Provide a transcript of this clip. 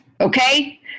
okay